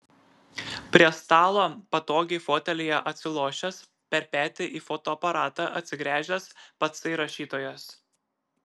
prie stalo patogiai fotelyje atsilošęs per petį į fotoaparatą atsigręžęs patsai rašytojas